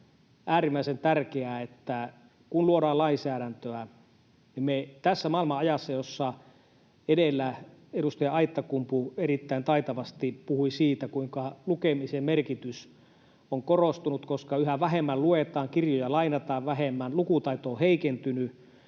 äärimmäisen tärkeää, että kun luodaan lainsäädäntöä, niin tässä maailmanajassa — kuten edellä edustaja Aittakumpu erittäin taitavasti puhui siitä, kuinka lukemisen merkitys on korostunut, koska yhä vähemmän luetaan, lainataan vähemmän kirjoja, lukutaito on heikentynyt